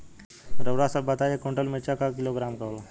रउआ सभ बताई एक कुन्टल मिर्चा क किलोग्राम होला?